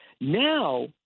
Now